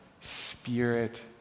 Spirit